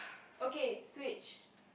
okay Switch